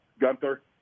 Gunther